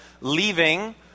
leaving